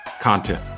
content